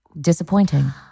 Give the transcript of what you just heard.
Disappointing